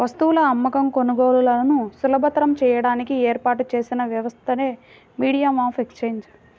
వస్తువుల అమ్మకం, కొనుగోలులను సులభతరం చేయడానికి ఏర్పాటు చేసిన వ్యవస్థే మీడియం ఆఫ్ ఎక్సేంజ్